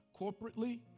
corporately